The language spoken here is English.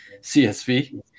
csv